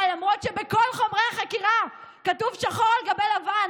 אבל למרות שבכל חומרי החקירה כתוב שחור על גבי לבן: